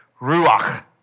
ruach